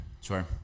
Sure